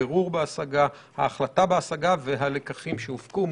בירור בהשגה, ההחלטה בהשגה והלקחים שהופקו.